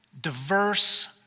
diverse